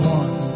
one